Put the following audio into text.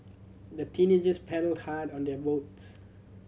the teenagers paddled hard on their boats